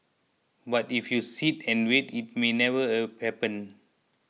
but if you sit and wait it may never a happen